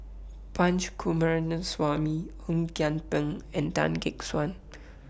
Punch Coomaraswamy Ong Kian Peng and Tan Gek Suan